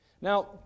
Now